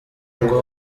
ngo